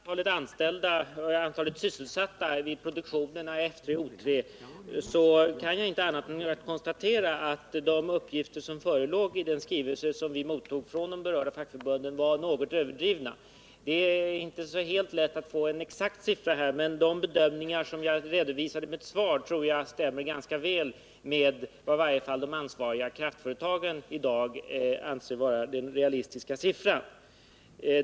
Herr talman! Beträffande antalet sysselsatta i produktionen av F 3 och O 3 kan jag inte annat än konstatera att de uppgifter som förelåg i den skrivelse som vi mottog från de berörda fackförbunden var något överdrivna. Det är inte lätt att få fram en exakt angivelse, men jag tror att de bedömningar som jag redovisat i mitt svar stämmer ganska väl med vad i varje fall de ansvariga kraftföretagen i dag anser vara realistiskt.